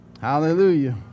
Hallelujah